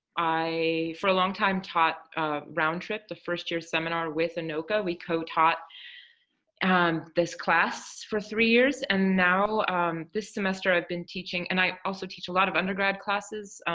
i, for a long time, taught round trip, the first year seminar with anoka. we co-taught and this class for three years and now this semester i've been teaching and i also teach a lot of undergrad classes,